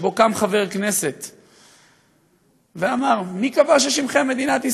קם חבר כנסת ואמר: מי קבע ששמכם מדינת ישראל?